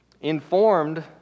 informed